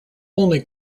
only